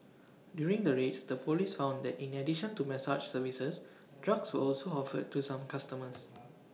during the raids the Police found that in addition to massage services drugs were also offered to some customers